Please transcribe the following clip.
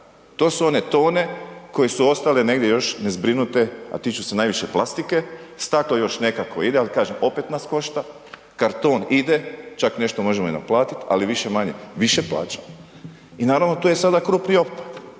To su one tone koje su ostale negdje još nezbrinute a tiču se najviše plastike, staklo još nekako ide, ali kažem opet nas košta, karton ide, čak nešto možemo i naplatiti ali više-manje više plaćamo i naravno tu je sada krupni otpad.